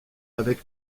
avec